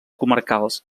comarcals